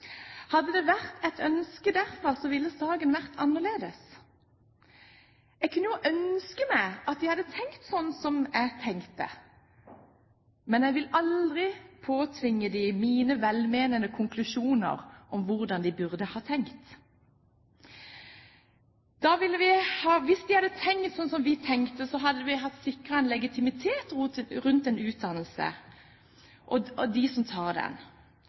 Hadde det vært et ønske derfra, ville saken vært annerledes. Jeg kunne jo ønske at de hadde tenkt som jeg tenker, men jeg ville aldri påtvinge dem mine velmenende konklusjoner om hvordan de burde ha tenkt. Hvis de hadde tenkt slik vi tenker, hadde vi kunnet sikret legitimiteten til utdannelsen og dem som tar den. Men jeg er usikker på om en